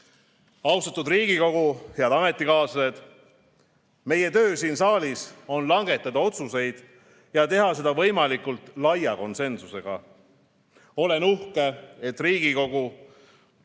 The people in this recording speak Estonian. Riigikogu, head ametikaaslased! Meie töö siin saalis on langetada otsuseid ja teha seda võimalikult laia konsensusega. Olen uhke Riigikogu